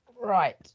Right